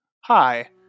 hi